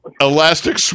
elastic